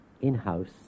in-house